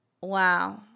wow